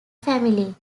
family